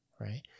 right